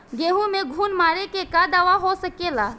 गेहूँ में घुन मारे के का दवा हो सकेला?